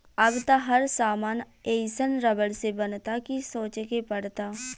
अब त हर सामान एइसन रबड़ से बनता कि सोचे के पड़ता